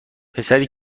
پسری